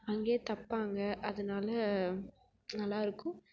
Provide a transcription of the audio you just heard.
அங்கேயே தைப்பாங்க அதனால நல்லாயிருக்கும்